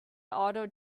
auto